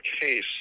case